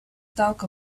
talk